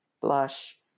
blush